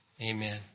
Amen